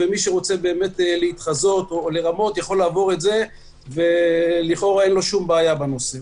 ומי שרוצה להתחזות או לרמת יכול לעבור את זה ולכאורה אין לו בעיה בנושא.